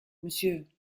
monsieur